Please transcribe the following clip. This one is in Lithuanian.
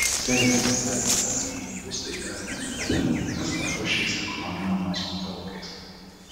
serijos z gyvenamieji būstai yra nedideli kas svarbu šiais ekonominio nuosmukio laikais